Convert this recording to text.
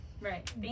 right